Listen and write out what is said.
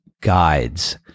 guides